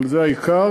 אבל זה העיקר,